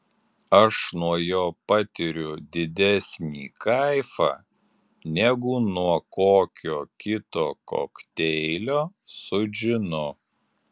aš nuo jo patiriu didesnį kaifą negu nuo kokio kito kokteilio su džinu